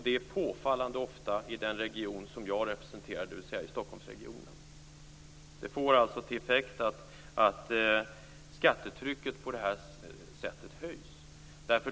Det är påfallande ofta i den region som jag representerar, dvs. Stockholmsregionen. Det får alltså till effekt att skattetrycket på det här sättet höjs.